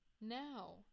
Now